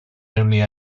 only